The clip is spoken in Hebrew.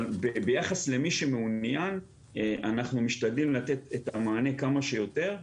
אבל ביחס למי שמעוניין אנחנו משתדלים לתת את המענה כמה שיותר.